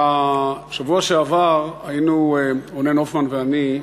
בשבוע שעבר היינו, רונן הופמן ואני,